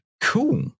cool